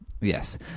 Yes